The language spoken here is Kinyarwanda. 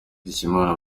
mushimiyimana